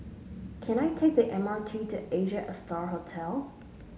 can I take the M R T to Asia Star Hotel